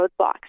roadblocks